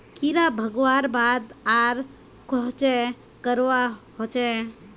कीड़ा भगवार बाद आर कोहचे करवा होचए?